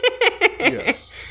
yes